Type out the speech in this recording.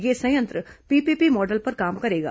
यह संयंत्र PPP model पर काम करेगा